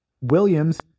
Williams